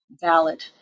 valid